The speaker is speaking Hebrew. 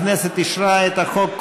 הכנסת אישרה את החוק,